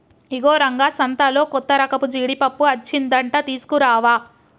ఇగో రంగా సంతలో కొత్తరకపు జీడిపప్పు అచ్చిందంట తీసుకురావా